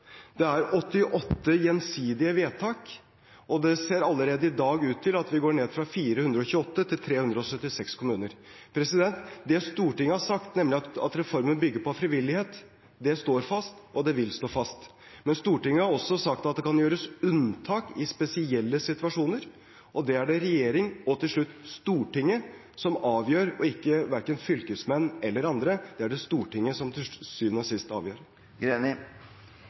det er 88 gjensidige vedtak, og det ser allerede i dag ut til at vi går ned fra 428 til 376 kommuner. Det Stortinget har sagt, nemlig at reformen bygger på frivillighet, står fast, og det vil stå fast. Men Stortinget har også sagt at det kan gjøres unntak i spesielle situasjoner, og det er det regjeringen og til slutt Stortinget som avgjør, ikke verken fylkesmenn eller andre. Det er det Stortinget som til syvende og sist avgjør.